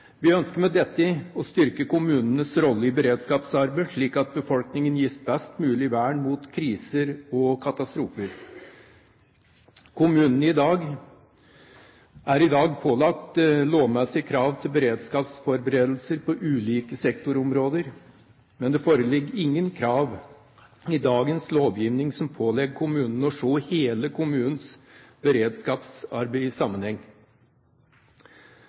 Vi ønsker med dette å styrke kommunenes rolle i beredskapsarbeidet, slik at befolkningen gis best mulig vern mot kriser og katastrofer. Kommunene er i dag pålagt lovmessige krav til beredskapsforberedelser på ulike sektorområder, men det foreligger ingen krav i dagens lovgivning som pålegger kommunene å se hele kommunens beredskapsarbeid i sammenheng.